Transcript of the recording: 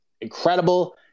incredible